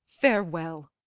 Farewell